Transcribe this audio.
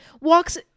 walks